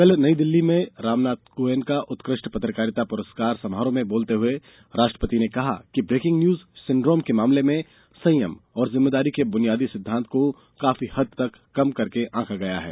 कल नई दिल्ली में रामनाथ गोयनका उत्कृष्ट पत्रकारिता प्रस्कार समारोह में बोलते हए राष्ट्रपति ने कहा कि ब्रेकिंग न्यूज सिंड्रोम के मामले में संयम और जिम्मेदारी के बुनियादी सिद्वांत को काफी हद तक कम करके आंका गया है